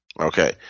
Okay